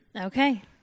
Okay